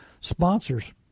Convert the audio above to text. sponsors